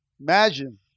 Imagine